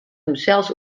himsels